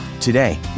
Today